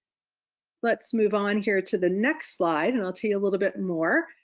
let's move on here to the next slide. and i'll tell you a little bit more.